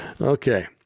Okay